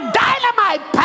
dynamite